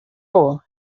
all